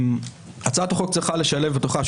הצעת החוק צריכה לשלב בתוכה,